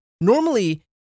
Normally